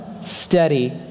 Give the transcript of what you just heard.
steady